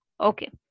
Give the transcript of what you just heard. okay